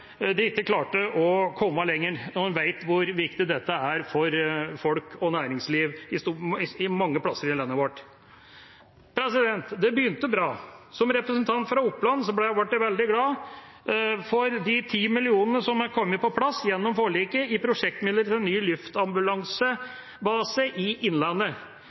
de ikke klarte å komme lenger, når en vet hvor viktig dette er for folk og næringsliv mange plasser i landet vårt. Det begynte bra. Som representant fra Oppland ble jeg glad for de 10 mill. kr som er kommet på plass, gjennom forliket, i prosjektmidler til ny luftambulansebase i Innlandet